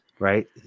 Right